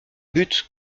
but